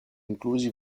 inclusi